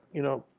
you know,